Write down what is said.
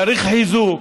צריך חיזוק,